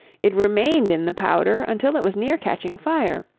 it remained in the powder until it was near catching fire,